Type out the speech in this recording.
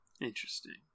Interesting